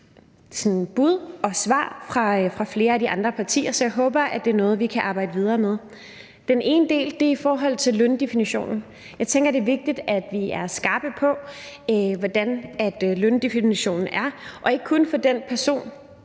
bud og svar fra flere af de andre partier, så jeg håber, at det er noget, vi kan arbejde videre med. Den ene del er i forhold til løndefinitionen. Jeg tænker, det er vigtigt, at vi er skarpe på, hvordan løndefinitionen er – og ikke kun for den person,